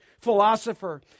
philosopher